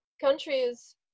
countries